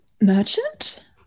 merchant